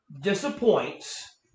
disappoints